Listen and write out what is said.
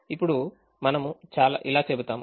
ఇప్పుడు మనము ఇలా చెబుతాము